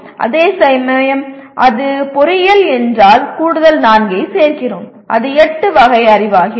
அதேசமயம் அது பொறியியல் என்றால் கூடுதல் 4 ஐச் சேர்க்கிறோம் அது 8 வகை அறிவாகிறது